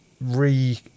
re